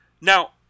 Now